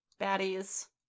baddies